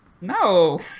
No